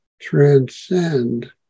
transcend